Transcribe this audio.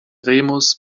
remus